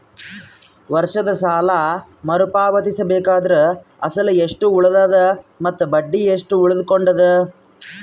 ವರ್ಷದ ಸಾಲಾ ಮರು ಪಾವತಿಸಬೇಕಾದರ ಅಸಲ ಎಷ್ಟ ಉಳದದ ಮತ್ತ ಬಡ್ಡಿ ಎಷ್ಟ ಉಳಕೊಂಡದ?